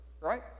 right